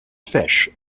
fish